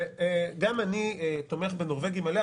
וגם אני תומך בנורבגי מלא,